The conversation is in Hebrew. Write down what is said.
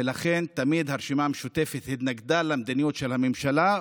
ולכן תמיד הרשימה המשותפת התנגדה למדיניות של הממשלה,